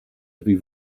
avez